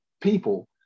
people